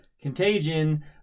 contagion